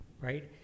Right